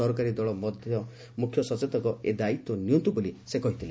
ସରକାରୀ ଦଳ ମୁଖ୍ୟସଚେତକ ଏ ଦାୟିତ୍ୱ ନିଅନ୍ତୁ ବୋଲି ସେ କହିଥିଲେ